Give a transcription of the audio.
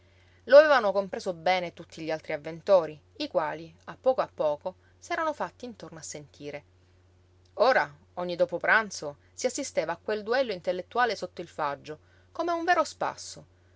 lo avevano compreso bene tutti gli altri avventori i quali a poco a poco s'erano fatti intorno a sentire ora ogni dopo pranzo si assisteva a quel duello intellettuale sotto il faggio come a un vero spasso